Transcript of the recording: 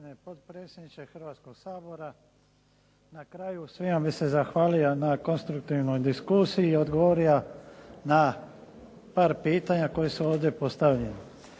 Hrvatskoga sabora. Na kraju svima bih se zahvalio na konstruktivnoj diskusiji i odgovorio na par pitanja koja su ovdje postavljena.